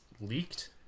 leaked